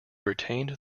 retained